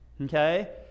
okay